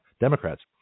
Democrats